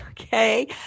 Okay